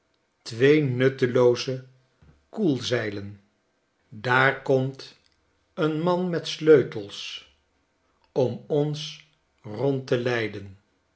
twee nuttelooze koelzeilen daar komt een man met sleutels om ons rond te leiden